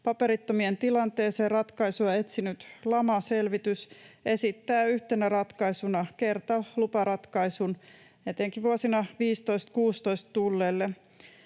Paperittomien tilanteeseen ratkaisua etsinyt LAMA-selvitys esittää yhtenä ratkaisuna kertaluparatkaisua etenkin vuosina 15—16 tulleille.